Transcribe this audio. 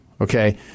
Okay